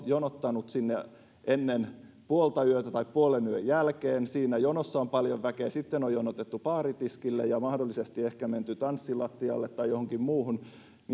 jonottaneet sinne ennen puoltayötä tai puolenyön jälkeen siinä jonossa on paljon väkeä sitten on jonotettu baaritiskille ja mahdollisesti ehkä menty tanssilattialle tai johonkin muuhun niin